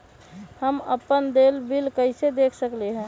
हम अपन देल बिल कैसे देख सकली ह?